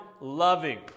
loving